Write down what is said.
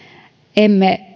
emme